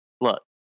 look